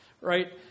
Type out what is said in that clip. Right